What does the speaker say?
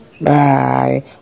Bye